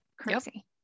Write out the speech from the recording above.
Crazy